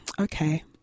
okay